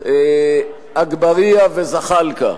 אגבאריה וזחאלקה,